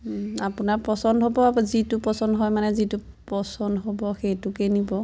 আপোনাৰ পচন্দ হ'ব যিটো পচন্দ হয় মানে যিটো পচন্দ হ'ব সেইটোকে নিব